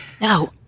No